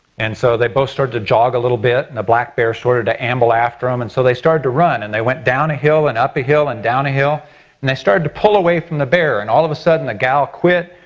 and so they both started to jog a little bit and the black bear started to amble after them um and so they started to run and they went down a hill and up a hill and down a hill and they started to pull away from the bear and all of a sudden the gal quit.